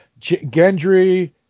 Gendry